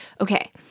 okay